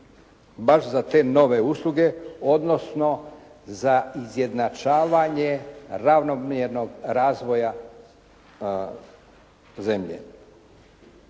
baš za te nove usluge odnosno za izjednačavanje ravnomjernog razvoja zemlje.